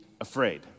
afraid